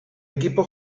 equipo